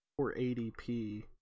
480p